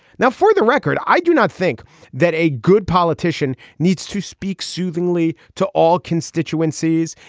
now for the record i do not think that a good politician needs to speak soothingly to all constituencies.